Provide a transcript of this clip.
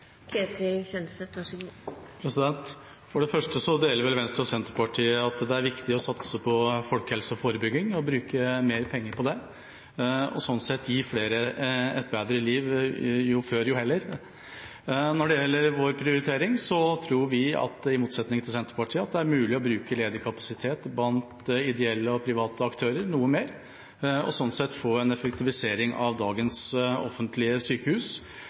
forsking og utvikling, så kva er logikken bak det sjukehuskuttet som Venstre går inn for? For det første deler vel Venstre og Senterpartiet det syn at det er viktig å satse på folkehelseforebygging, bruke mer penger på det og sånn sett gi flere et bedre liv – jo før, jo heller. Når det gjelder vår prioritering, tror vi i motsetning til Senterpartiet at det er mulig å bruke ledig kapasitet blant ideelle og private aktører noe mer, og på den måten få en effektivisering av dagens offentlige sykehus,